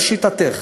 לשיטתך,